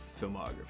filmography